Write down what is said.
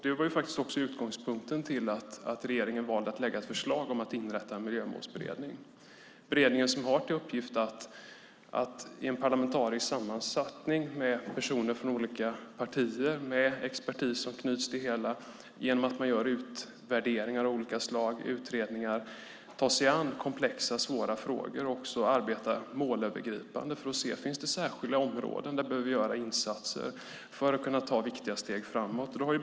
Det var också utgångspunkten för att regeringen valde att lägga fram ett förslag om att inrätta en miljömålsberedning. Beredningen, som har en parlamentarisk sammansättning med personer från olika partier och expertis som knyts till det hela, har till uppgift ta sig an komplexa och svåra frågor genom att göra utvärderingar och utredningar av olika slag. Den ska också arbeta målövergripande för att se om det finns särskilda områden där vi behöver göra insatser för att kunna ta viktiga steg framåt.